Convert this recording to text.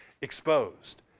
exposed